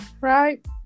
Right